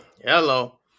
Hello